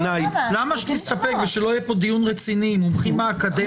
למה שתסתפק ולא יהיה פה דיון רציני עם מומחים מהאקדמיה?